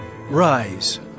Rise